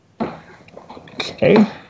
Okay